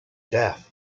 death